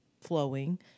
flowing